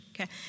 okay